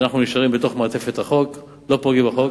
אנו נשארים בתוך מעטפת החוק, לא פוגעים בחוק.